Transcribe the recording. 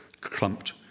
clumped